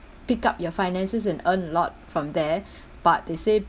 pick up your finances and earn a lot from there but they say